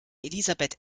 elisabeth